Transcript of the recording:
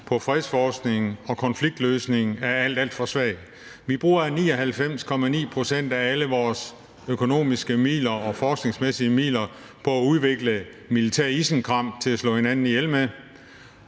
på fredsforskning og konfliktløsning er alt, alt for svag. Vi bruger 99,9 pct. af alle vores økonomiske midler og forskningsmæssige midler på at udvikle militært isenkram til at slå hinanden ihjel med,